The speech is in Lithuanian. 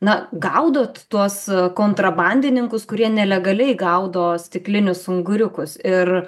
na gaudot tuos kontrabandininkus kurie nelegaliai gaudo stiklinius unguriukus ir